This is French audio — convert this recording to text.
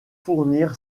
fournir